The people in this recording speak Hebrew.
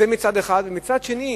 זה מצד אחד, ומצד שני,